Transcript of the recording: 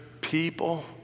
people